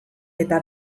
eta